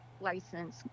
license